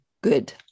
good